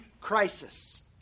crisis